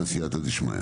חבר הכנסת אלון שוסטר.